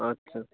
আচ্ছা